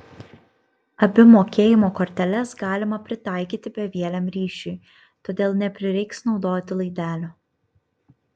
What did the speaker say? abi mokėjimo korteles galima pritaikyti bevieliam ryšiui todėl neprireiks naudoti laidelio